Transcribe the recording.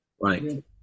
right